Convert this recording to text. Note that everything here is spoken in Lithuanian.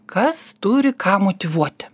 kas turi ką motyvuoti